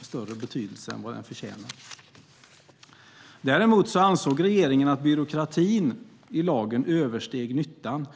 större betydelse än den förtjänar. Regeringen ansåg att byråkratin i lagen översteg nyttan.